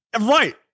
Right